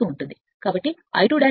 కాబట్టి I2 2 r2 880